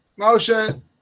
Moshe